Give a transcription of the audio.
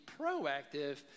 proactive